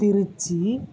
Trichy